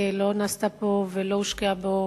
לא נעשתה בו ולא הושקעה בו